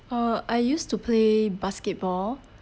uh I used to play basketball